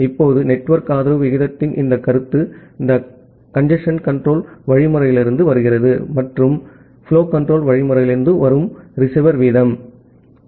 இப்போது நெட்வொர்க் ஆதரவு விகிதத்தின் இந்த கருத்து இது கஞ்சேஸ்ன் கன்ட்ரோல் புரோட்டோகால்யிலிருந்து வருகிறது மற்றும் புலோ கன்ட்ரோல் புரோட்டோகால்யிலிருந்து வரும் ரிசீவர் வீதம் ஆகும்